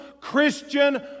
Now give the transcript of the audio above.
Christian